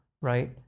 right